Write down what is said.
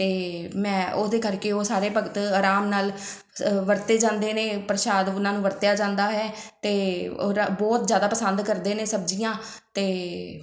ਅਤੇ ਮੈਂ ਉਹਦੇ ਕਰਕੇ ਉਹ ਸਾਰੇ ਭਗਤ ਆਰਾਮ ਨਾਲ ਵਰਤੇ ਜਾਂਦੇ ਨੇ ਪ੍ਰਸ਼ਾਦ ਉਹਨਾਂ ਨੂੰ ਵਰਤਿਆ ਜਾਂਦਾ ਹੈ ਅਤੇ ਬਹੁਤ ਜ਼ਿਆਦਾ ਪਸੰਦ ਕਰਦੇ ਨੇ ਸਬਜ਼ੀਆਂ ਅਤੇ